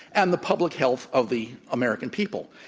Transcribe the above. and the public health of the american people.